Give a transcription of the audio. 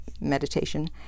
meditation